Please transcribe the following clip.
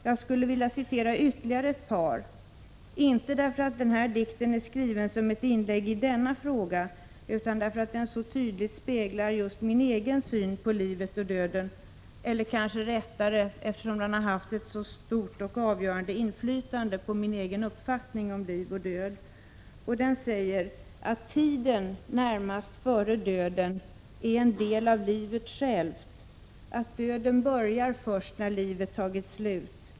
Jag skulle vilja citera litet mer av dikten, inte därför att den är skriven som ett inlägg i denna fråga, utan därför att den så tydligt speglar just min egen syn på livet och döden, eller kanske rättare sagt, eftersom den har haft ett så stort och avgörande inflytande på min egen uppfattning om liv och död. I dikten står det ”att tiden närmast före döden är en del av livet självt, att döden börjar först när livet tagit slut.